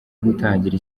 gutangira